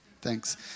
thanks